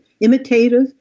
imitative